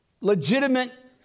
legitimate